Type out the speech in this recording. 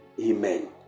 Amen